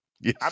Yes